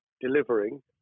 delivering